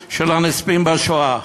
נכסי נספי השואה.